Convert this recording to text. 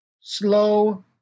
slow